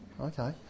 Okay